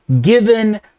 given